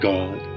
God